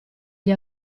gli